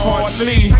Hardly